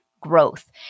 growth